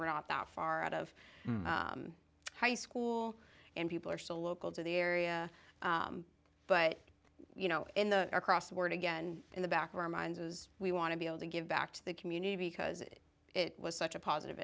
we're not that far out of high school and people are so local to the area but you know in the crossword again in the back of our minds is we want to be able to give back to the commune because it was such a positive